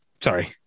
sorry